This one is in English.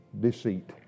deceit